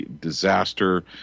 Disaster